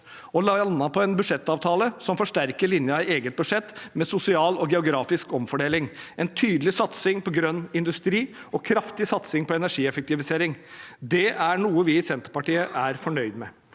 og landet på en budsjettavtale som forsterker linjen i vårt eget budsjett, med sosial og geografisk omfordeling, en tydelig satsing på grønn industri og kraftig satsing på energieffektivisering. Det er noe vi i Senterpartiet er fornøyd med.